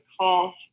call